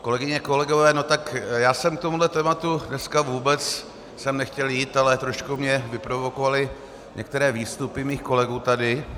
Kolegyně, kolegové, já jsem k tomuhle tématu sem dneska vůbec nechtěl jít, ale trošku mě vyprovokovaly některé výstupy mých kolegů tady.